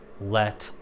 let